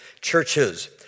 churches